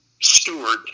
steward